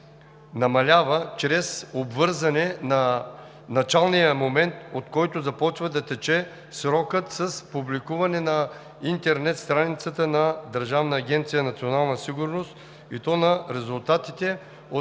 намалява чрез обвързване на началния момент, от който започва да тече срокът с публикуване на интернет страницата на Държавна агенция